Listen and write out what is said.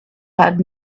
had